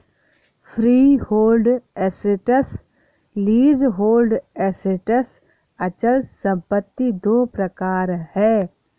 freehold assets, leasehold assets अचल संपत्ति दो प्रकार है